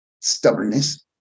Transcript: Stubbornness